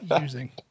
using